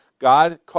God